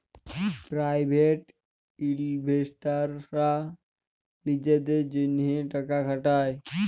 private ইলভেস্টাররা লিজেদের জ্যনহে টাকা খাটায়